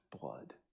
blood